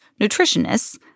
nutritionists